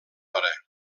hora